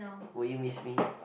will you miss me